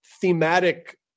thematic